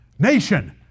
Nation